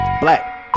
Black